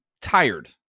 tired